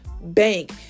bank